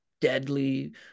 deadly